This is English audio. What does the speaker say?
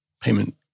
payment